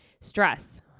Stress